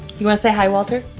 usa. hi walter.